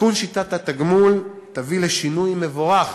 תיקון שיטת התגמול יביא לשינוי מבורך